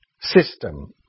system